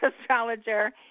astrologer